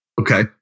Okay